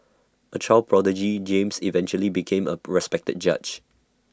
A child prodigy James eventually became A respected judge